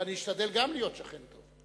ואני אשתדל גם להיות שכן טוב.